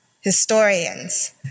historians